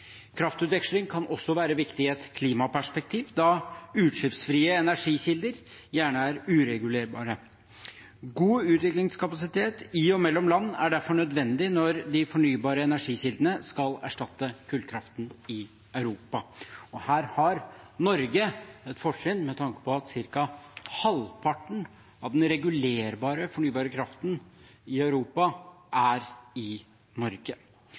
Kraftutveksling kan også være viktig i et klimaperspektiv, da utslippsfrie energikilder gjerne er uregulerbare. God utvekslingskapasitet i og mellom land er derfor nødvendig når de fornybare energikildene skal erstatte kullkraften i Europa. Her har Norge et fortrinn med tanke på at ca. halvparten av den regulerbare fornybare kraften i Europa er i Norge.